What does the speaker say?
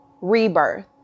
rebirth